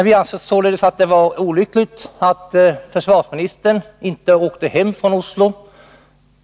Vi anser alltså att det var olyckligt att försvarsministern inte reste hem från Oslo.